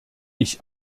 ich